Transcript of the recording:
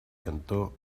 cantó